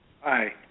Hi